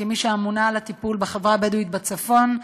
כמי שאמונה על הטיפול בחברה הבדואית בצפון,